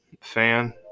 fan